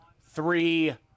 three